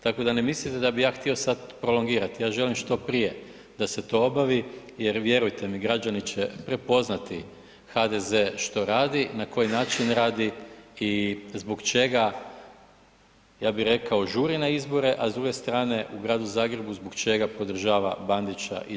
Tako da ne mislite da bi ja htio prolongirati, ja želim što prije da se to obavi jer vjerujte mi, građani će prepoznati HDZ što radi, na koji način radi i zbog čega, ja bih rekao, žuri na izbore, a s druge strane, u gradu Zagrebu zbog čega podržava Bandića i dalje uporno.